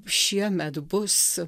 šiemet bus